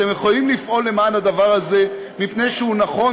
אתם יכולים לפעול למען הדבר הזה מפני שהוא נכון,